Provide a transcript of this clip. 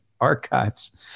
archives